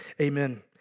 Amen